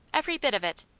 every bit of it.